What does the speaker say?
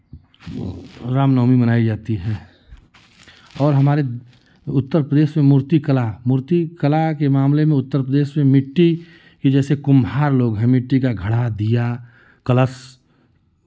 राम नवमी बनाई जाती है और हमारे उत्तर प्रदेश में मूर्ति कला मूर्ति कला के मामले में उत्तर प्रदेश में मिट्टी की जैसे कुम्हार लोग हैं मिट्टी का घड़ा दिया कलश